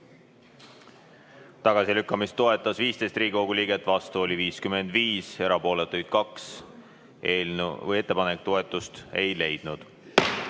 Tagasilükkamist toetas 15 Riigikogu liiget, vastu oli 55, erapooletuid 2. Ettepanek toetust ei leidnud.